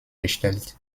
gestellt